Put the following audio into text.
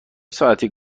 ساعتی